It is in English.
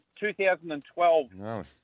2012